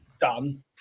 done